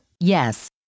Yes